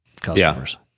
customers